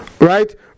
Right